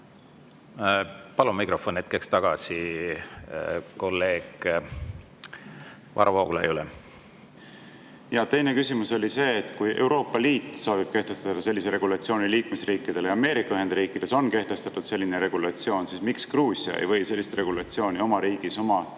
Palun mikrofon hetkeks tagasi kolleeg Varro Vooglaiule. Teine küsimus oli see, et kui Euroopa Liit soovib kehtestada sellise regulatsiooni liikmesriikidele ja Ameerika Ühendriikides on kehtestatud selline regulatsioon, siis miks Gruusia ei või sellist regulatsiooni oma riigis oma